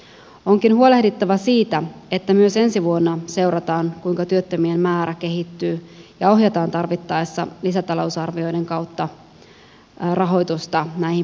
onkin huolehdittava siitä että myös ensi vuonna seurataan kuinka työttömien määrä kehittyy ja ohjataan tarvittaessa lisätalousarvioiden kautta rahoitusta näihin palveluihin